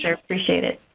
so appreciate it.